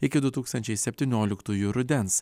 iki du tūkstančiai septynioliktųjų rudens